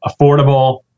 affordable